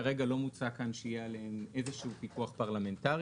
כרגע לא מוצע כאן שיהיה עליהם איזשהו פיקוח פרלמנטרי,